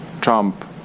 Trump